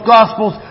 Gospels